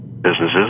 businesses